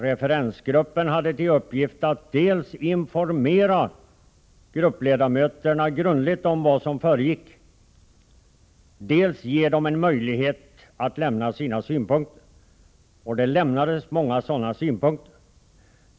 Referensgruppen hade till uppgift att dels informera gruppledamöterna grundligt om vad som försiggick, dels ge dem möjlighet att lämna sina synpunkter. Och det lämnades många sådana synpunkter.